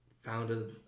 founded